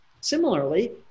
Similarly